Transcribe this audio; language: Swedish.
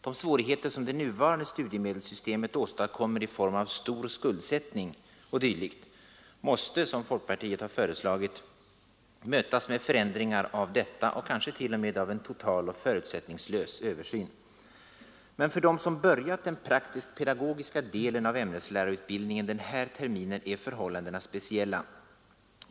De svårigheter som det nuvarande studiemedelssystemet åstadkommer i form av stor skuldsättning o. d. måste — som folkpartiet föreslagit — mötas med förändring av detta, och kanske to. m. en total och förutsättningslös översyn. Men för dem som börjat den praktisk-pedagogiska delen av ämneslärarutbildningen den här terminen är förhållandena speciella.